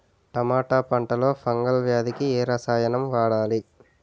టమాటా పంట లో ఫంగల్ వ్యాధికి ఏ రసాయనం వాడాలి?